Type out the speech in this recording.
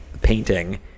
painting